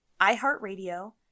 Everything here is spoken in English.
iHeartRadio